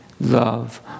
love